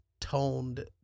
toned